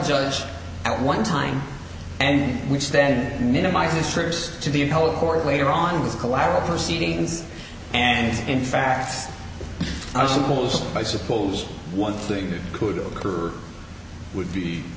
judge at one time and which then minimizes trips to the appellate court later on as collateral proceedings and in fact i suppose i suppose one thing that could occur would be